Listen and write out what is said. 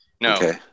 No